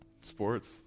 sports